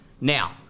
now